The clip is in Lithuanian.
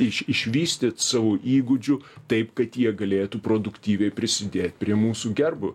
iš išvystyt savo įgūdžių taip kad jie galėtų produktyviai prisidėt prie mūsų gerbūvio